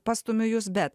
pastumiu jus bet